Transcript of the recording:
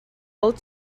old